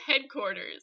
headquarters